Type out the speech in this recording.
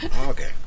Okay